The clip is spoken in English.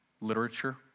literature